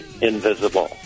invisible